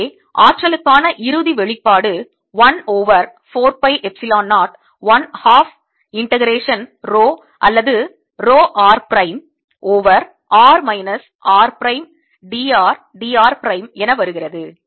எனவே ஆற்றலுக்கான இறுதி வெளிப்பாடு 1 over 4 pi epsilon 0 1 half integration rho அல்லது rho r prime over r minus r prime d r d r prime என வருகிறது